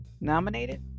nominated